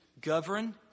govern